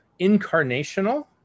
incarnational